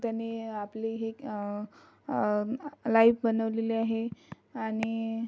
त्याने आपली हे लाइफ बनवलेली आहे आणि